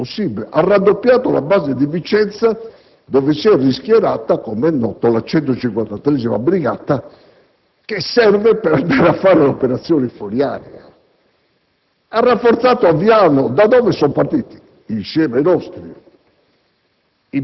ha fatto il possibile: ha raddoppiato la base di Vicenza, dove si è rischierata, com'è noto, la 173a Brigata, che serve per andare a fare operazioni fuori area; ha rafforzato la base di Aviano, da dove sono partiti, insieme ai nostri,